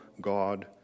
God